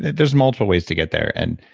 there's multiple ways to get there, and